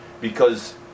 because-